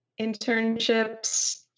internships